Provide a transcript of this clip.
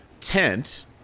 tent